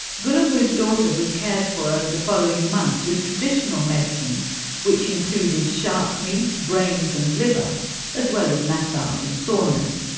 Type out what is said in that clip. gulumbu's daughter was cared for over the following months with traditional medicines which included shark meat, brains and liver as well as massage and saunas.